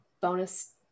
bonus